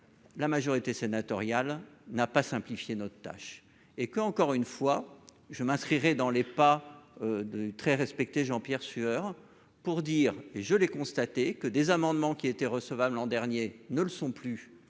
la majorité sénatoriale n'a pas simplifier notre tâche et que, encore une fois, je m'inscrirai dans les pas de très respecté Jean-Pierre Sueur pour dire et je l'ai constaté que des amendements qui était recevable l'an dernier, ne le sont plus